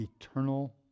eternal